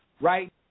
right